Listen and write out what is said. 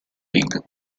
league